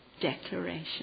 declaration